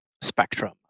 spectrum